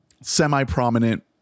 semi-prominent